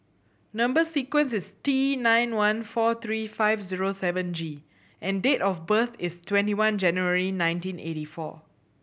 number sequence is T nine one four three five zero seven G and date of birth is twenty one January nineteen eighty four